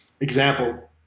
example